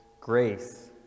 grace